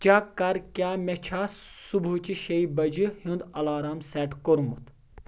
Check کر کیاہ مے چھا صبحٲچہِ شیٚیہِ بجہِ ہُند الارام سیٹ کوٚرمُت؟